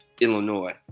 illinois